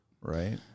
Right